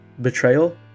betrayal